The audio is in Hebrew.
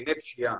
במאפייני פשיעה,